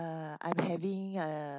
uh I'm having a